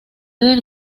del